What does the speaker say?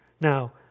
Now